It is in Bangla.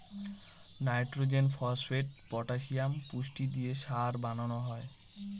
নাইট্রজেন, ফসপেট, পটাসিয়াম পুষ্টি দিয়ে সার বানানো হয়